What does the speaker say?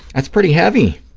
that's pretty heavy.